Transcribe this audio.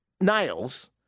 nails